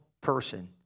person